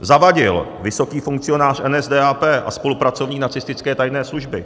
Zawadil, vysoký funkcionář NSDAP a spolupracovník nacistické tajné služby.